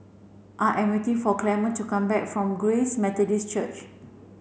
I am waiting for Clemente to come back from Grace Methodist Church